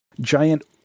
giant